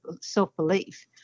self-belief